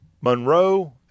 monroe